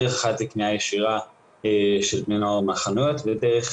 דרך אחת לקניה ישירה של בני נוער מהחנויות והדרך